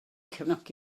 cefnogi